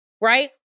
right